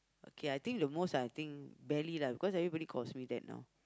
okay I think the most I think belly lah because everybody calls me that now